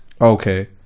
Okay